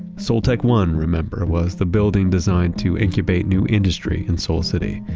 soul tech one, remember, was the building designed to incubate new industry in soul city.